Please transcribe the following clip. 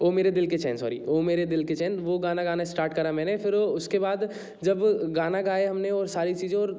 ओ मेरे दिल के चैन सॉरी ओ मेरे दिल के चैन वो गाना गाना स्टार्ट करा मैंने फिर उसके बाद जब गाना गए हम ने और सारी चीज़ों